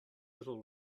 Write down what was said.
little